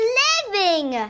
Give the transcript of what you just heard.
living